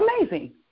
Amazing